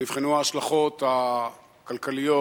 ונבחנו ההשלכות הכלכליות,